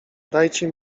dajcie